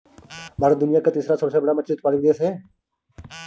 भारत दुनिया का तीसरा सबसे बड़ा मछली उत्पादक देश है